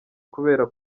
kubera